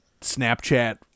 Snapchat